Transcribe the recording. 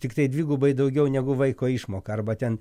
tiktai dvigubai daugiau negu vaiko išmoka arba ten